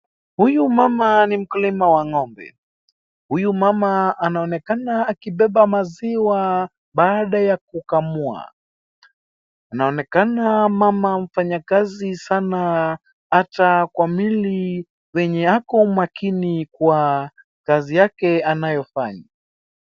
Huyu mama ni mkulima wa ng'ombe, huyu mama anaonekana akibeba maziwa baada ya kukamua, anaonekana mama mfanyakazi sana hata kwa miili venye ako makini kwa kazi yake anayofanya.